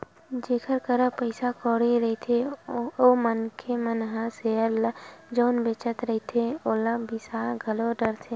जेखर करा पइसा कउड़ी रहिथे ओ मनखे मन ह सेयर ल जउन बेंचत रहिथे ओला बिसा घलो डरथे